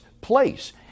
place